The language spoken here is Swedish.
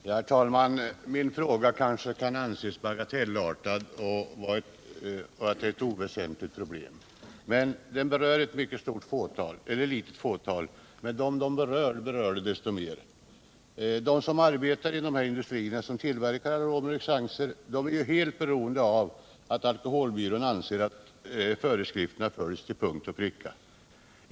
Herr talman! Min fråga kanske kan anses vara bagatellartad och handla om ett oväsentligt problem. Den berör ett fåtal, men dessa berör den så mycket mer. De som arbetar i industrier som tillverkar aromer och essenser är helt beroende av att alkoholbyrån anser att föreskrifterna följs till punkt och pricka.